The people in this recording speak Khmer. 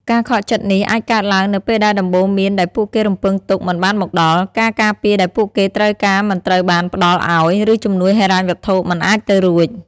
ការខកចិត្តនេះអាចកើតឡើងនៅពេលដែលដំបូន្មានដែលពួកគេរំពឹងទុកមិនបានមកដល់ ការការពារដែលពួកគេត្រូវការមិនត្រូវបានផ្ដល់ឱ្យ ឬជំនួយហិរញ្ញវត្ថុមិនអាចទៅរួច។